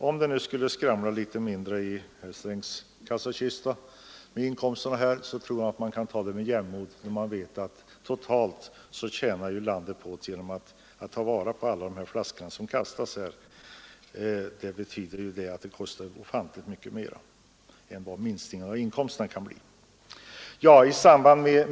Om det skulle skramla litet mindre i herr Strängs kassakista, tror jag man kan ta det med jämnmod — totalt tjänar landet på att man tar vara på alla de flaskor som nu kastas. Vi har i detta sammanhang avstyrkt en del motioner.